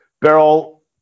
Beryl